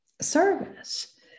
service